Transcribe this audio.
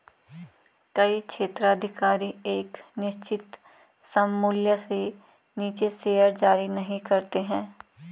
कई क्षेत्राधिकार एक निश्चित सममूल्य से नीचे शेयर जारी नहीं करते हैं